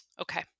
Okay